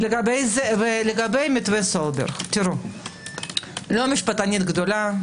לגבי מתווה סולברג, תראו, לא משפטנית גדולה.